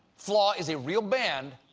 flaw is a real band,